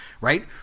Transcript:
Right